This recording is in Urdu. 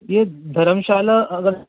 یہ دھرم شالہ اگر